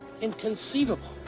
Inconceivable